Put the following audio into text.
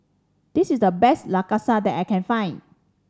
this is the best Lasagne that I can find